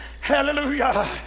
Hallelujah